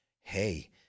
hey